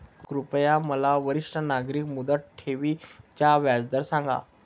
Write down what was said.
कृपया मला वरिष्ठ नागरिक मुदत ठेवी चा व्याजदर सांगा